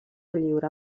lliure